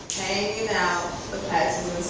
out the passenger